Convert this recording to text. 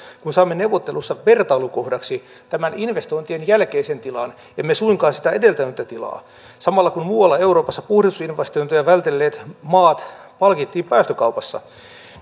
kun saimme neuvotteluissa vertailukohdaksi tämän investointien jälkeisen tilan emme suinkaan sitä edeltänyttä tilaa samalla kun muualla euroopassa puhdistusinvestointeja vältelleet maat palkittiin päästökaupassa